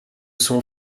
son